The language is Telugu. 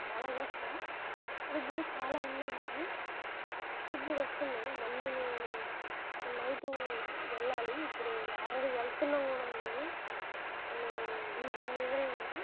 చాలా చేస్తాను ఇప్పుడు కూడా చాలా ఉన్నాయి నావి ఇప్పుడుకు కూడా వస్తున్నాయి మళ్ళీ నేను ఇప్పుడు నైట్ వెళ్ళాలి ఇప్పుడు ఆల్రెడీ వెళ్తున్నాం కూడా నేను నేను డీజే మీద ఉన్నాను